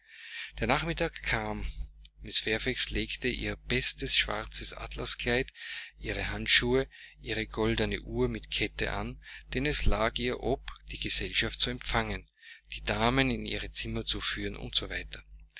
der nachmittag kam mrs fairfax legte ihr bestes schwarzes atlaskleid ihre handschuhe ihre goldene uhr mit kette an denn es lag ihr ob die gesellschaft zu empfangen die damen in ihre zimmer zu führen u